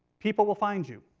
people will find you.